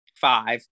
five